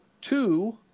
two